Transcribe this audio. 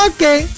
Okay